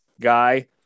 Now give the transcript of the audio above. guy